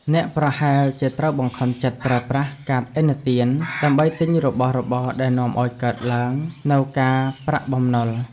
អ្នកប្រហែលជាត្រូវបង្ខំចិត្តប្រើប្រាស់កាតឥណទានដើម្បីទិញរបស់របរដែលនាំឱ្យកើនឡើងនូវការប្រាក់បំណុល។